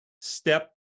step